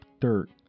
dirt